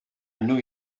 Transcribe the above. new